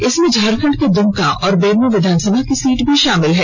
इसमें झारखंड के दुमका और बेरमो विधानसभा की सीट भी शामिल है